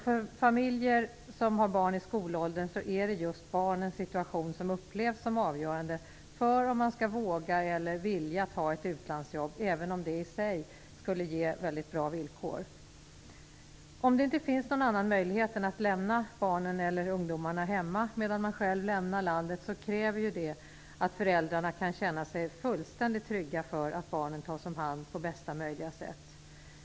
För familjer som har barn i skolåldern är det just barnens situation som upplevs som avgörande för om man skall våga eller vilja ta ett utlandsjobb, även om det i sig skulle ge väldigt bra villkor. Om det inte finns någon annan möjlighet än att lämna barnen eller ungdomarna hemma medan man själv lämnar landet kräver det att föräldrarna kan känna sig fullständigt trygga med att barnen tas om hand på bästa möjliga sätt.